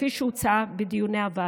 כפי שהוצע בדיוני הוועדה.